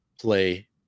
play